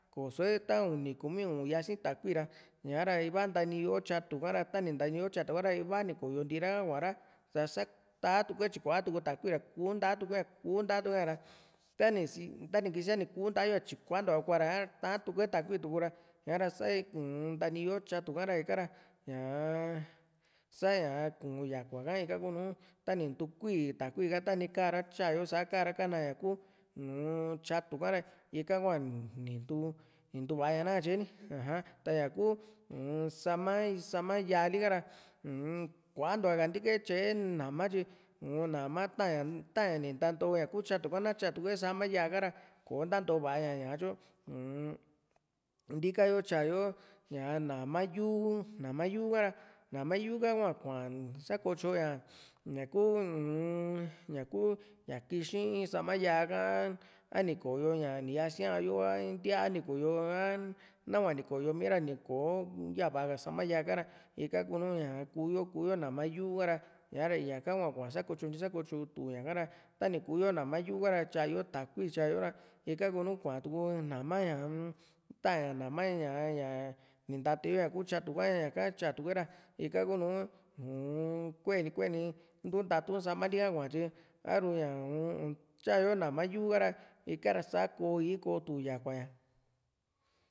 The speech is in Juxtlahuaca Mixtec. koso´e ta uni kumi u´un yasi takui ra ña´ra iva ntaani yo tyatu kara ta ni ntaani yo tyatu ka ra ivaa ni koyontii ra kua´ra ta sa taan tuku tyikua tuku takui ra kunta´a tu kue kunta´a tukue a ra tani si tani kisia ni kunta´e tyikuantua kuara ta a´n tukue takui tuku ra ña´ra sa ntaniyo tyatu ka ra ñaa sa ñá kuu yakua´ka ika kunu tani ntu ku´i takui ka ra tani kara tyayo saka ra kana ña kuu uun tyatu ka´ra ika hua ni nintu va´a ña nakatye ni aja taña kuu ña sama sama yaali ka ra uu-m kuantuaka ntika´e tyae nama tyi u nama taña ni nantoo ñaku tyatu ka natyatukue sama yaa ka ra kò´o nanto va´a ña ña´ka tyu uun ntika yo tyayo ñaa nama yuu nama yuu ka ra nama yuu ka hua kua sakotyo ña ñaku uu-m ñaku ña kixi´n in sama yaa ka a ni koyo ña niyasíaa yo a ntíaa ni koyo a nahua ni koyo mi ra kò´o yava ka sama yaaka ra ika´ra kunuu kuu yo kuu yo nama yuu ka´ra ña´ra ñaka hua kua sakotyo sa kotyontitu ña +´ka ra tani kuu yo nama yuu ha´ra tyayo takui tyayo ra ika kunu kuatu ku nama ñaa-m ta´ña nama ña ñá ni ntateyo ñakú tyatu ka ñaka tyatue´ra ika kuu nùù kuee ni kuee ni ntu nta´tun samali ka kua´ña tyi a´ru ñaa-m untyayo nama yu ka´ra ika´ra sakoo´i kotu yakuaña